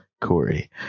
Corey